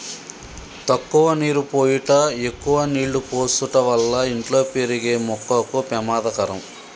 తక్కువ నీరు పోయుట ఎక్కువ నీళ్ళు పోసుట వల్ల ఇంట్లో పెరిగే మొక్కకు పెమాదకరం